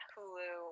Hulu